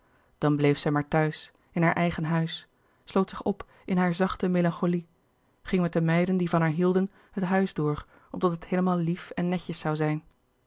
dan bleef zij maar thuis in haar eigen huis sloot zich op in hare zachte melancholie ging met de meiden die van haar hielden het huis door opdat het heelemaal lief en netjes zoû zijn